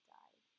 died